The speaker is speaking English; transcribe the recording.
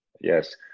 yes